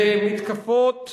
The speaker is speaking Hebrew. ומתקפות,